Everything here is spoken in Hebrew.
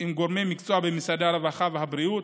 עם גורמי מקצוע במשרדי הרווחה והבריאות,